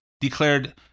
declared